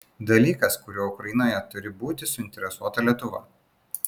dalykas kuriuo ukrainoje turi būti suinteresuota lietuva